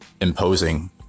imposing